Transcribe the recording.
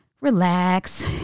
Relax